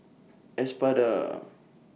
Espada